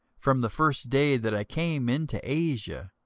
from the first day that i came into asia,